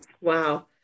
Wow